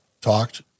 talked